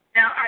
Now